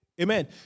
Amen